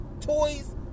Toys